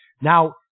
Now